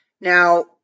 Now